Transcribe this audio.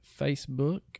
Facebook